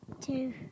two